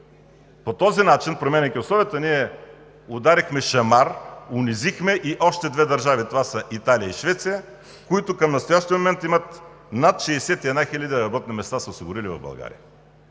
по този начин, променяйки условията, ние ударихме шамар, унизихме и още две държави – това са Италия и Швеция, които към настоящия момент са осигурили в България